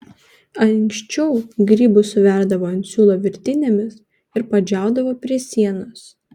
anksčiau grybus suverdavo ant siūlo virtinėmis ir padžiaudavo prie sienos